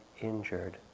injured